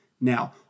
Now